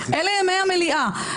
אלה ימי המליאה,